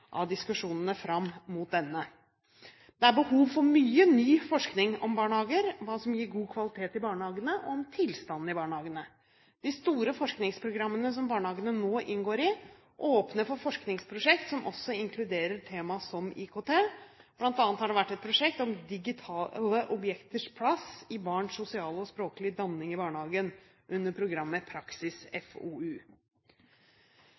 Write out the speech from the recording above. av diskusjonene fram mot denne. Det er behov for mye ny forskning om barnehager, hva som gir god kvalitet i barnehagene, og om tilstanden i barnehagene. De store forskningsprogrammene som barnehagene nå inngår i, åpner for forskningsprosjekt som også inkluderer tema som IKT. Blant annet har det vært et prosjekt om Digitale objekts plass i barns sosiale og språklige danning i barnehagen, under programmet